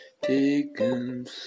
taken